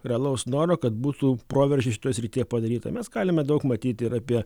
realaus noro kad būtų proveržis šitoj srityje padaryta mes galime daug matyti ir apie